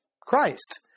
Christ